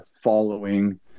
following